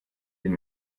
den